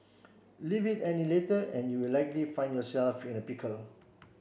leave it any later and you will likely find yourself in a pickle